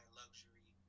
luxury